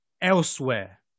elsewhere